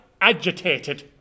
agitated